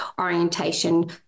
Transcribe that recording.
orientation